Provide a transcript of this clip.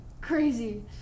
crazy